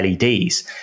LEDs